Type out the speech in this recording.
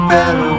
Better